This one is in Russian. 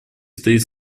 стоит